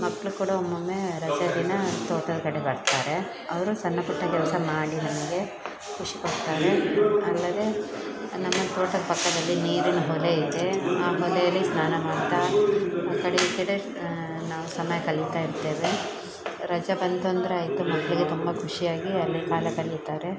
ಮಕ್ಕಳು ಕೂಡ ಒಮ್ಮೊಮ್ಮೆ ರಜ ದಿನ ತೋಟದ ಕಡೆ ಬರ್ತಾರೆ ಅವರು ಸಣ್ಣ ಪುಟ್ಟ ಕೆಲಸ ಮಾಡಿ ನಮಗೆ ಖುಷಿ ಕೊಡ್ತಾರೆ ಅಲ್ಲದೆ ನಮ್ಮ ತೋಟದ ಪಕ್ಕದಲ್ಲಿ ನೀರಿನ ಹೊಳೆ ಇದೆ ಆ ಹೊಳೆಯಲ್ಲಿ ಸ್ನಾನ ಮಾಡ್ತಾ ಆ ಕಡೆ ಈ ಕಡೆ ನಾವು ಸಮಯ ಕಳಿತಾ ಇರ್ತೇವೆ ರಜೆ ಬಂತು ಅಂದರೆ ಆಯಿತು ಮಕ್ಕಳಿಗೆ ತುಂಬ ಖುಷಿಯಾಗಿ ಅಲ್ಲಿ ಕಾಲ ಕಳಿತಾರೆ